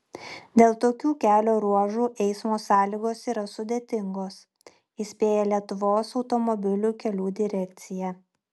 dėl tokių kelio ruožų eismo sąlygos yra sudėtingos įspėja lietuvos automobilių kelių direkcija